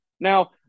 Now –